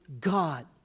God